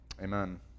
Amen